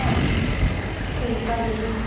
ठीकु आहे दीदी